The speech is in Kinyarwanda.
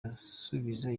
asubiza